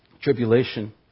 Tribulation